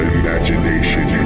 imagination